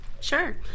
Sure